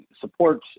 support